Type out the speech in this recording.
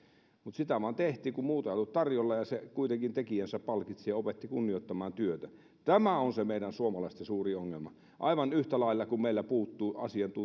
sitä vaan tehtiin kun muuta ei ollut tarjolla ja se kuitenkin tekijänsä palkitsi ja opetti kunnioittamaan työtä tämä on se meidän suomalaisten suuri ongelma aivan yhtä lailla meillä puuttuu